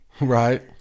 Right